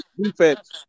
defense